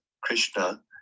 Krishna